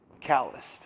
calloused